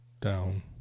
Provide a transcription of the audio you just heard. down